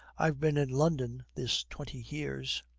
i've been in london this twenty years